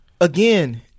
again